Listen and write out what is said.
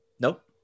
nope